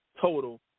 total